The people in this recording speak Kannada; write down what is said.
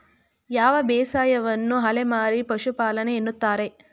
ಯಾವ ಬೇಸಾಯವನ್ನು ಅಲೆಮಾರಿ ಪಶುಪಾಲನೆ ಎನ್ನುತ್ತಾರೆ?